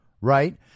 right